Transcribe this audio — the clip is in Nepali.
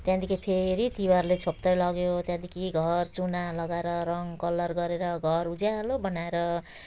त्यहाँदेखि फेरि तिहारले छोप्दै लग्यो त्यहाँदेखि घर चुना लगाएर रङ कलर गरेर घर उज्यालो बनाएर